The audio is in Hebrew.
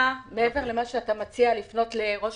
מעבר למה שאתה מציע אני מציעה לפנות לראש